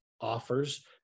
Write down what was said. offers